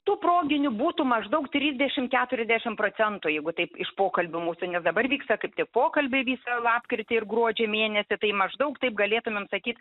tų proginių būtų maždaug trisdešim keturiasdešim procentų jeigu taip iš pokalbių mūsų nes dabar vyksta kaip tik pokalbiai visą lapkritį ir gruodžio mėnesį tai maždaug taip galėtumėm sakyt